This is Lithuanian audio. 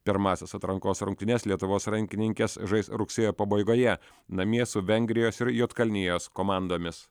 pirmąsias atrankos rungtynes lietuvos rankininkės žais rugsėjo pabaigoje namie su vengrijos ir juodkalnijos komandomis